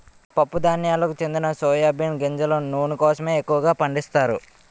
పప్పు ధాన్యాలకు చెందిన సోయా బీన్ గింజల నూనె కోసమే ఎక్కువగా పండిస్తారు